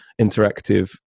interactive